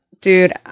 dude